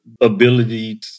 ability